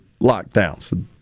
lockdowns